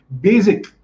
basic